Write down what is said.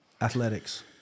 athletics